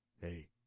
Hey